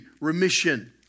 remission